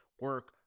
Work